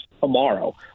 tomorrow